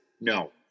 no